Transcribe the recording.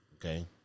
Okay